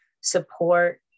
support